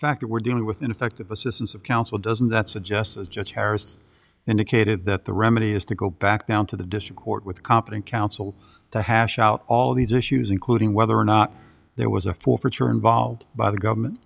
fact that we're dealing with ineffective assistance of counsel doesn't that suggest as judge terrorists indicated that the remedy is to go back down to the district court with competent counsel to hash out all these issues including whether or not there was a fool for tour involved by the government